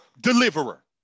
deliverer